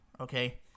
Okay